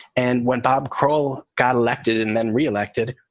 and when bob croll got elected and then re-elected,